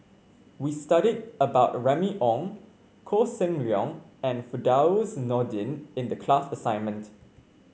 we studied about Remy Ong Koh Seng Leong and Firdaus Nordin in the class assignment